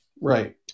Right